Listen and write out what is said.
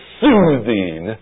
soothing